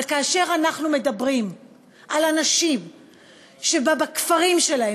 אבל כאשר אנחנו מדברים על אנשים שבכפרים שלהם